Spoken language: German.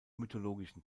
mythologischen